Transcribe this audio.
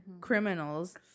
criminals